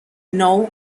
known